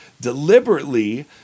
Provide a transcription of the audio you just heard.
deliberately